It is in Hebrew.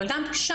אבל גם שם,